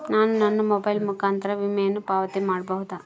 ನಾನು ನನ್ನ ಮೊಬೈಲ್ ಮುಖಾಂತರ ವಿಮೆಯನ್ನು ಪಾವತಿ ಮಾಡಬಹುದಾ?